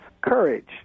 Courage